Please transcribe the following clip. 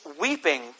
weeping